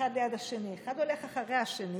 אחד ליד השני, אחד הולך אחרי השני.